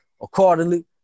accordingly